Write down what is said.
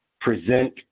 present